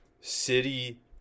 City